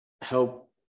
help